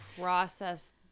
process